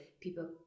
people